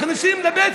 שבבים?